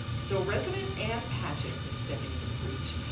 so resident ann patchett is stepping into the breach.